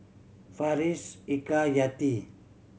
Farish Eka Yati